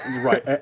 right